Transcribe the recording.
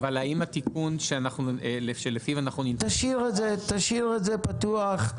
אבל האם התיקון שלפיו אנחנו --- תשאיר את זה פתוח.